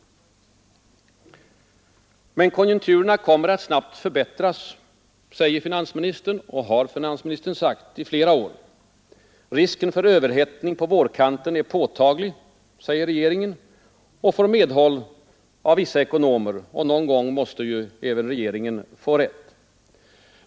Men konjunkturerna kommer att snabbt förbättras — säger finansministern. Det har han nu sagt i flera år. Risken för överhettning på vårkanten är påtaglig säger regeringen och får medhåll av vissa ekonomer. Och någon gång måste ju även regeringen få rätt.